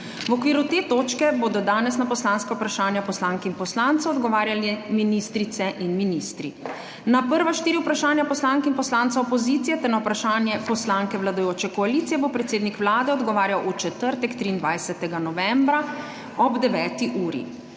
V okviru te točke bodo danes na poslanska vprašanja poslank in poslancev odgovarjali ministrice in ministri. Na prva štiri vprašanja poslank in poslancev opozicije ter na vprašanje poslanke vladajoče koalicije bo predsednik Vlade odgovarjal v četrtek, 23. novembra, ob 9. uri.